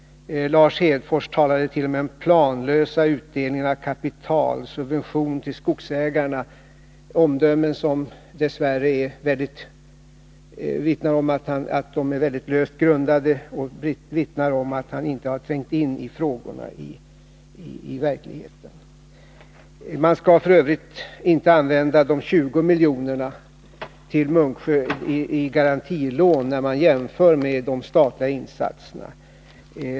Lars Hedfors talade t.o.m. om planlösa utdelningar av kapital och subvention till skogsägarna, omdömen som dess värre är mycket löst grundade och vittnar om att Lars Hedfors i verkligheten inte har trängt in i frågorna. Man skall f. ö. inte ta de 20 miljonerna i garantilån till Munksjö när man jämför med de statliga insatserna.